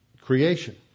creation